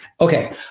Okay